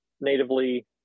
natively